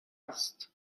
است